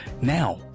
now